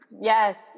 Yes